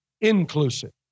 inclusive